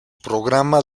programa